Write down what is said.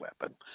weapon